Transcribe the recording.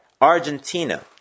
Argentina